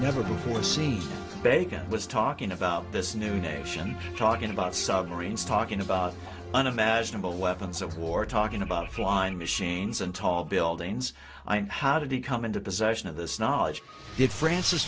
never before seen bacon was talking about this new nation talking about submarines talking about unimaginable weapons of war talking about flying machines and tall buildings i mean how did he come into possession of this knowledge did franc